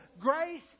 grace